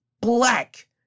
black